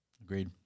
Agreed